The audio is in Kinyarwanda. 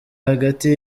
hagati